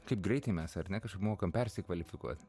kaip greitai mes ar ne kažkaip mokam persikvalifikuot